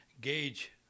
gauge